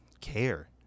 care